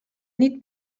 nit